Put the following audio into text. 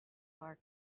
our